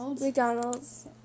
McDonald's